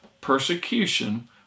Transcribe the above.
persecution